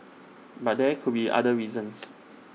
but there could be other reasons